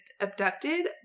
abducted